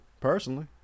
personally